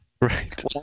Right